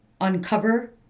uncover